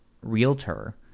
realtor